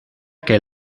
que